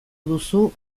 duzu